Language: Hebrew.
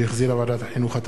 שהחזירה ועדת החינוך,